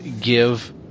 give